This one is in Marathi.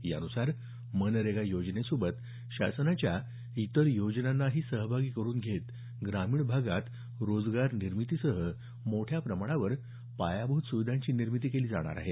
यानुसार मनरेगा योजनेसोबत शासना सोबतचं इतर योजनांना सहभागी करुन घेऊन ग्रामीण भागात रोजगार निर्मितीसह मोठ्या प्रमाणात पायाभूत सुविधांची निर्मिती केली जाणार आहे